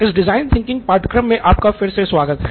इस design thinking पाठ्यक्रम में आपका फिर से स्वागत है